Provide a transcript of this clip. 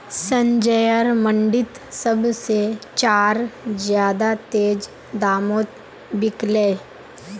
संजयर मंडी त सब से चार ज्यादा तेज़ दामोंत बिकल्ये